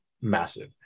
Massive